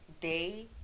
day